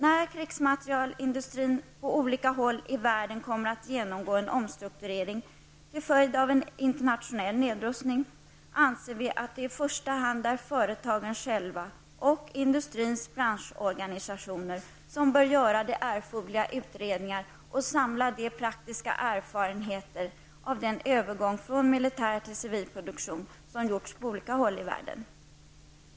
När krigsmaterielindustrin på olika håll i världen kommer att genomgå en omstrukturering till följd av en internationell nedrustning, anser vi att det i första hand är företagen själva och industrins branschorganisation som bör göra de erforderliga utredningarna och samla de praktiska erfarenheterna av den övergång från militär till civil produktion som gjorts på olika håll i världen.